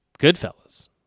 goodfellas